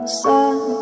sun